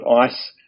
ice